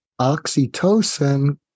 oxytocin